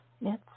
Yes